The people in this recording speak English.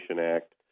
Act